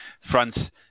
France